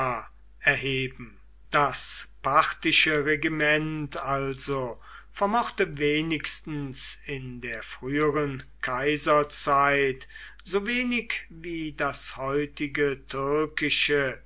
erheben das parthische regiment also vermochte wenigstens in der früheren kaiserzeit so wenig wie das heutige